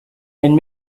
and